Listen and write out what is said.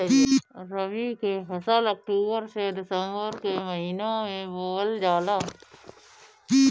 रबी के फसल अक्टूबर से दिसंबर के महिना में बोअल जाला